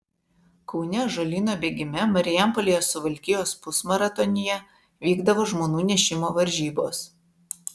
kaune ąžuolyno bėgime marijampolėje suvalkijos pusmaratonyje vykdavo žmonų nešimo varžybos